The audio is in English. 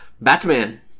Batman